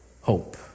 hope